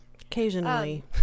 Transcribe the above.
occasionally